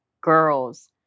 girls